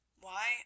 why